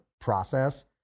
process